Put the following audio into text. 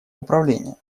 управления